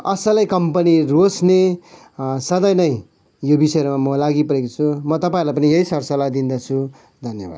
असलै कम्पनी रोज्ने सधैँ नै यो विषयहरूमा म लागिपरेको छु म तपाईँहरूलाई पनि यही सरसल्लाह दिँदछु धन्यवाद